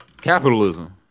Capitalism